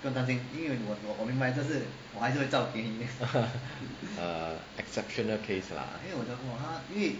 err exceptional case lah